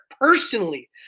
personally